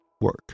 work